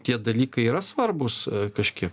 tie dalykai yra svarbūs kažkiek